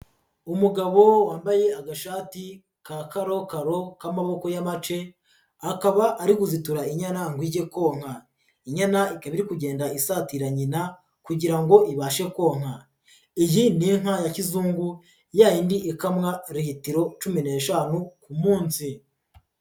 Umugabo wambaye agashati ka karokaro k'amaboko y'amace, akaba ari guzitura inyana ngo ijye konka, inyana ikaba iri kugenda isatira nyina kugira ngo ibashe konka, iyi ni inka ya kizungu, ya yindi ikamwa litiro cumi n'eshanu ku munsi.